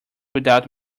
without